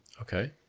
Okay